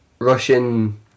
Russian